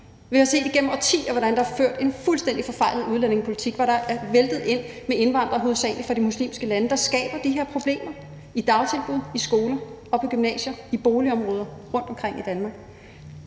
Vi har set igennem årtier, hvordan der er ført en fuldstændig forfejlet udlændingepolitik, hvor der er væltet ind med indvandrere hovedsageligt fra de muslimske lande, der skaber de her problemer i dagtilbud, i skoler og på gymnasier, i boligområder rundtomkring i Danmark.